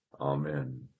Amen